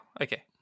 okay